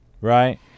Right